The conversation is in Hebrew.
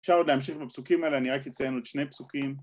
אפשר עוד להמשיך בפסוקים האלה, אני רק אציין עוד שני פסוקים